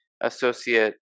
associate